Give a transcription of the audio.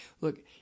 look